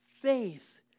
Faith